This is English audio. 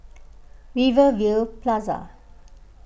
Rivervale Plaza